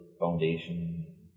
foundation